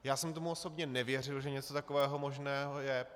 Já jsem tomu osobně nevěřil, že něco takového možného je.